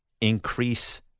increase